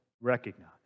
Recognize